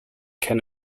can